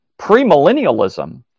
Premillennialism